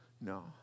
No